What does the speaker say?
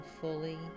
fully